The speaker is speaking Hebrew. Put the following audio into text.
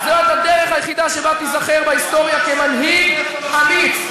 זאת הדרך היחידה שבה תיזכר בהיסטוריה כמנהיג אמיץ,